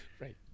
Right